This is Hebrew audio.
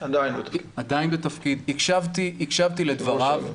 הקשבתי לדבריו,